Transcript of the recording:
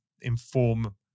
inform